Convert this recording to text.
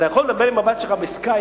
אתה יכול לדבר עם הבת שלך ב"סקייפ",